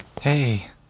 Hey